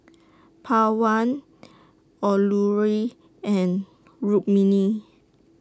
Pawan Alluri and Rukmini